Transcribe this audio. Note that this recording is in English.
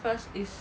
first is